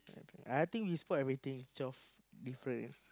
okay I think we spot everything twelve difference